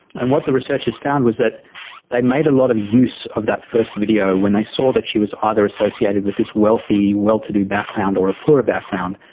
and what the researchers found was that they made a lot of use of that first video when they saw that she was either associated with this wealthy, well-to-do background or a poorer background,